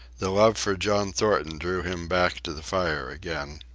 the love for john thornton drew him back to the fire again.